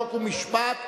חוק ומשפט,